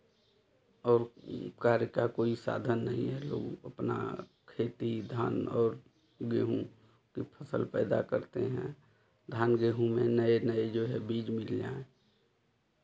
और कार्य का कोई साधन नहीं है लोग अपना खेती धान और गेहूँ की फसल पैदा करते हैं धान गेहूँ में नए नए जो है बीज मिल जाएँ